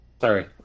Sorry